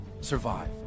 Survive